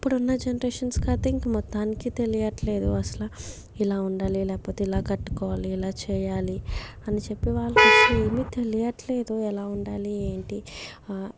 ఇప్పుడున్న జనరేషన్స్కి అయితే ఇంక మొత్తానికే తెలియట్లేదు అసల ఇలా ఉండాలి లేపోతే ఇలా కట్టుకోవాలి ఇలా చేయాలి అని చెప్పి వాళ్ళకి అసలు వాళ్ళకి ఏమి తెలియట్లేదు ఎలా ఉండాలి ఏంటి